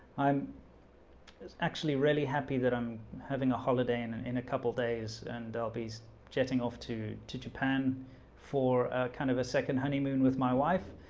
i'm actually really happy that i'm having a holiday and and in a couple days and i'll be jetting off to to japan for kind of a second honeymoon with my wife.